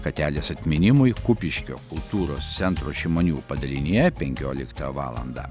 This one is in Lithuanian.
katelės atminimui kupiškio kultūros centro šimonių padalinyje penkioliktą valandą